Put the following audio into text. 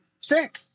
sick